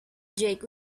jake